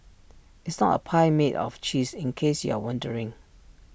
it's not A pie made of cheese in case you're wondering